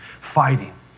fighting